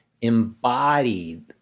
embodied